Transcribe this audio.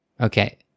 Okay